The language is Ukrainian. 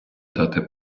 дати